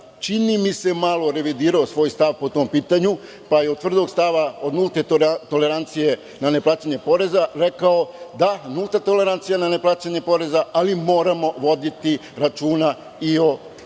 čini mi se malo revidirao svoj stav po tom pitanju pa je od tvrdog stava od nulte tolerancije na neplaćanje poreza rekao – da, nulta tolerancija na neplaćanje poreza, ali moramo voditi računa i o radnim